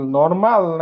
normal